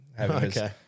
Okay